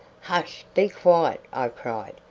hush! be quiet! i cried,